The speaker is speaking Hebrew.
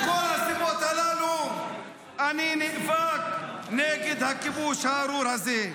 מכל הסיבות הללו אני נאבק נגד הכיבוש הארור הזה.